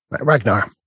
Ragnar